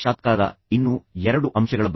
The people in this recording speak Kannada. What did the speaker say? ಈಗ ಇದು ಅಂತರ ವೈಯಕ್ತಿಕ ಸಂಬಂಧಗಳ ಬಗ್ಗೆ